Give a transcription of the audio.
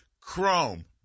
chrome